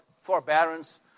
forbearance